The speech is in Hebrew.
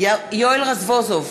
יואל רזבוזוב,